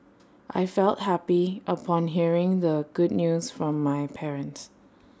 I felt happy upon hearing the good news from my parents